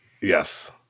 yes